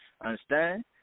Understand